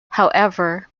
however